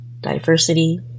diversity